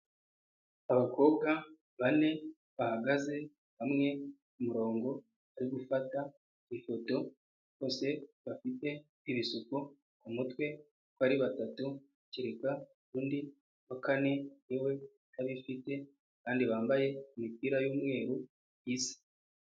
Abakobwa bane bahagaze hamwe ku murongo uri gufata ifoto bose bafite ibisuko kumutwe kuri batatu kereka undi wa kane niwe utabifite kandi bambaye imipira yumweru isa.